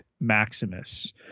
Maximus